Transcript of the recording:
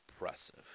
impressive